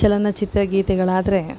ಚಲನಚಿತ್ರ ಗೀತೆಗಳಾದರೆ